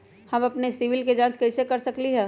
हम अपन सिबिल के जाँच कइसे कर सकली ह?